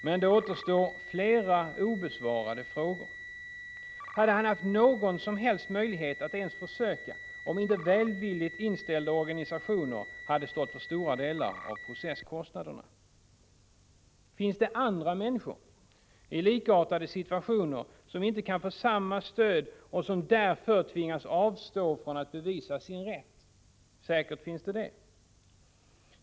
Men det återstår flera obesvarade frågor: Hade han haft någon som helst möjlighet att ens försöka, om inte välvilligt inställda organisationer hade stått för stora delar av processkostnaderna? Finns det andra människor i likartade situationer, som inte kan få samma stöd och som därför tvingas avstå från att hävda sin rätt? Säkert finns det det!